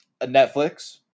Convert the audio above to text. Netflix